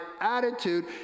attitude